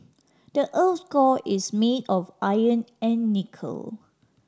the earth core is made of iron and nickel